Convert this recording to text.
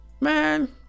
man